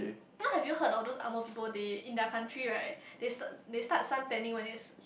now have you heard of those angmoh people they in their country right they s~ they start sun tanning when it's